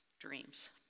dreams